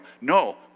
no